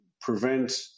prevent